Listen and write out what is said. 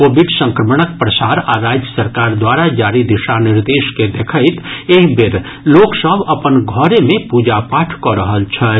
Covid संक्रमणक प्रसार आ राज्य सरकार द्वारा जारी दिशा निर्देश के देखैत एहि बेर लोक सभ अपन घरे मे पूजा पाठ कऽ रहल छथि